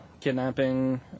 kidnapping